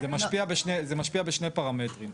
זה משפיע בשני פרמטרים.